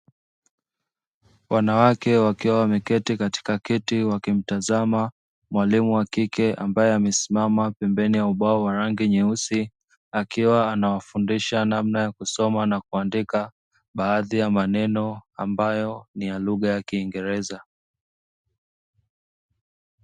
Wanawake wakiwa wameketi katika kiti wakimtazama mwalimu wa kike ambaye amesimama pembeni ya ubao wa rangi nyeusi, akiwa anawafundisha namna ya kusoma na kuandika baadhi ya maneno ambayo ni ya lugha ya Kiingereza.